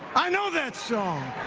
i know that song.